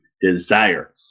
desire